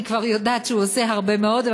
אני כבר יודעת שהוא עושה הרבה מאוד,